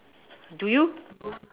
do you